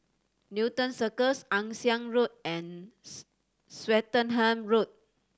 Newton Cirus Ann Siang Road and Swettenham Road